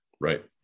Right